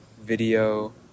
video